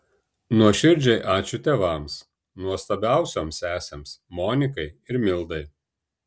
nuoširdžiai ačiū tėvams nuostabiausioms sesėms monikai ir mildai